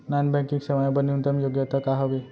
Non banking सेवाएं बर न्यूनतम योग्यता का हावे?